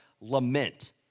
lament